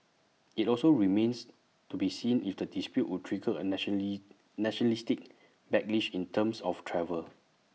IT also remains to be seen if the dispute would trigger A nationalistic backlash in terms of travel